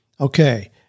Okay